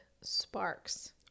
sparks